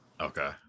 Okay